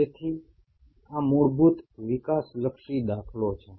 તેથી આ મૂળભૂત વિકાસલક્ષી દાખલો છે